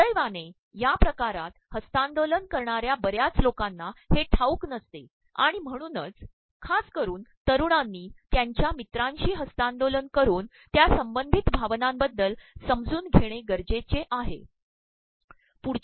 ददुैवाने या िकारात हस्त्तांदोलन करणार्या बर्याच लोकांना हे ठाऊक नसते आणण म्हणूनच खासकरुन तरूणांनी त्यांच्या ममरांशी हस्त्तांदोलन करून त्या संबंचधत भावनांबद्दल समजून घेणे गरजेचेआहे